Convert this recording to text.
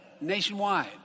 nationwide